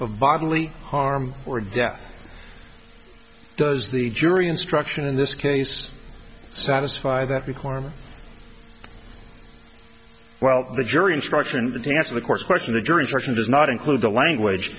of bodily harm or death does the jury instruction in this case satisfy that requirement well the jury instruction to answer the court's question the jury instruction does not include the language